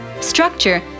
structure